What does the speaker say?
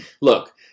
look